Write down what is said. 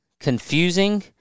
confusing